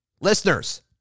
listeners